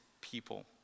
people